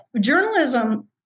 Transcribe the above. Journalism